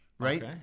Right